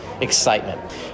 excitement